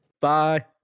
Bye